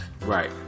Right